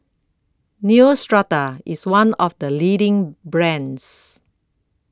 Neostrata IS one of The leading brands